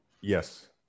Yes